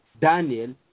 Daniel